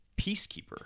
peacekeeper